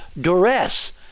duress